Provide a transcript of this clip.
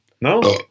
No